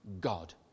God